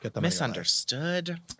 Misunderstood